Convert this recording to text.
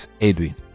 Edwin